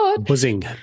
Buzzing